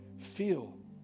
Feel